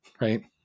Right